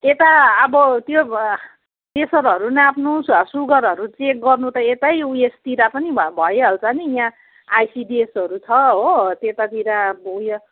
त्यता अब त्यो प्रेसरहरू नाप्नुहोस् सुगरहरू चेक गर्नु त यतै उयसतिर पनि भ भइहाल्छ नि यहाँ आइसिडिएसहरू छ हो त्यतातिर अब उ यो